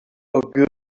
ogilvy